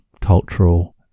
cultural